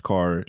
Car